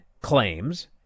claims